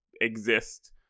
exist